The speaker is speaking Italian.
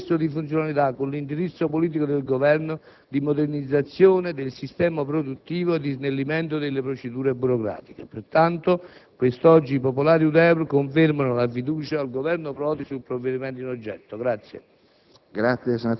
che palesa il nesso di funzionalità con l'indirizzo politico del Governo di modernizzazione del sistema produttivo e di snellimento delle procedure burocratiche. Pertanto, quest'oggi i Popolari-Udeur confermano la fiducia al Governo Prodi sul provvedimento in oggetto.